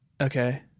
Okay